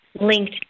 linked